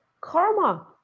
karma